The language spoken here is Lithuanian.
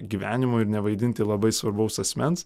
gyvenimu ir nevaidinti labai svarbaus asmens